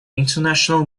international